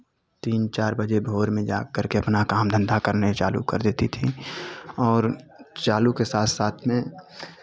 तीन चार बजे भोर में जागकर के अपना काम धंधा करना चालू कर देती थीं और चालू के साथ साथ में